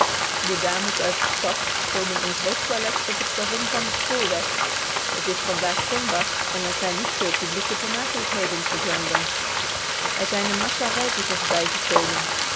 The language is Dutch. de dames uit de stad komen in groot toilet op het perron van den spoorweg t is vandaag zondag en er zijn niet veel publieke vermakelijkheden te brandon er zijn een massa reizigers bijgekomen